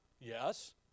Yes